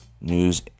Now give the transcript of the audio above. news